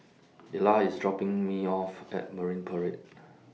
Ela IS dropping Me off At Marine Parade